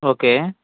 okay